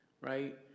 right